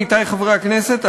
עמיתי חברי הכנסת,